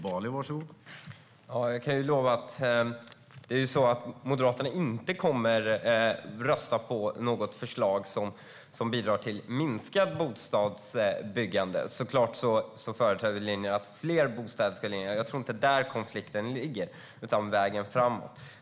Herr talman! Det är ju så att Moderaterna inte kommer att rösta på något förslag som bidrar till ett minskat bostadsbyggande. Såklart företräder vi en linje för fler bostäder. Jag tror inte att det är där konflikten ligger, utan det handlar om vägen framåt.